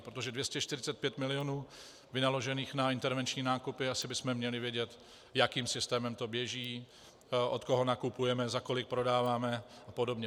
Protože 245 milionů vynaložených na intervenční nákupy, asi bychom měli vědět, jakým systémem to běží, od koho nakupujeme, za kolik prodáváme a podobně.